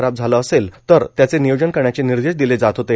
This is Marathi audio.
खराब झाले असेल तर त्याचे नियोजन करण्याचे निर्देश दिले जात होते